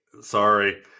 sorry